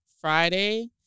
Friday